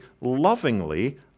lovingly